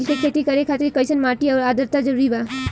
तिल के खेती करे खातिर कइसन माटी आउर आद्रता जरूरी बा?